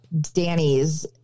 Danny's